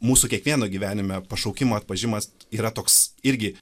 mūsų kiekvieno gyvenime pašaukimo atpažimas yra toks irgi